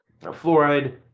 fluoride